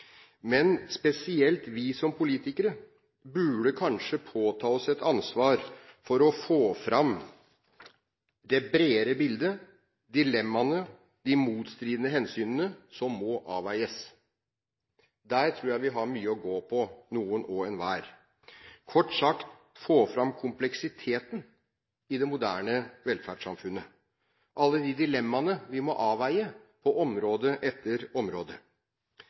men spesielt vi som politikere burde kanskje påta oss et ansvar for å få fram det bredere bildet, dilemmaene, de motstridende hensynene som må avveies. Der tror jeg vi alle og enhver har mye å gå på. Kort sagt: få fram kompleksiteten i det moderne velferdssamfunnet, få fram alle de dilemmaene vi må avveie, på område etter